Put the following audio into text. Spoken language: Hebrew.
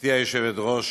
היושבת-ראש,